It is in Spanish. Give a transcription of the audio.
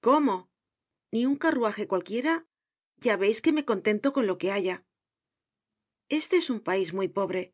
cómo ni un carruaje cualquiera ya veis que me contento con lo que haya este es un pais muy pobre